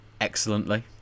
excellently